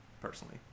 personally